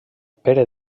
pere